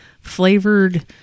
flavored